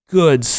good